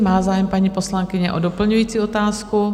Má zájem paní poslankyně o doplňující otázku?